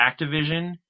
Activision